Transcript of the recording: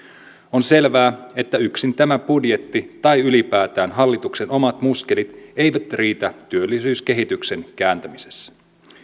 on selvää että yksin tämä budjetti tai ylipäätään hallituksen omat muskelit eivät riitä työllisyyskehityksen kääntämisessä